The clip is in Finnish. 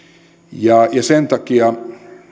ja sen takia